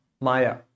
Maya